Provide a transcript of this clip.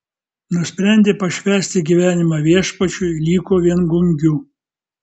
nusprendė pašvęsti gyvenimą viešpačiui liko viengungiu